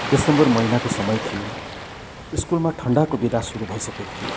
December महिनाको समय थियो स्कुलमा ठन्डाको बिदा सुरु भइसकेको थियो